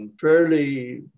fairly